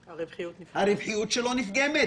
הרווחיות שלו נפגמת,